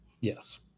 yes